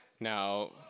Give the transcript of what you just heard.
Now